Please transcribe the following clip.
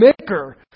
maker